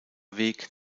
weg